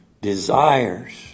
Desires